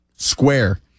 square